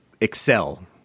excel